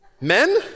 men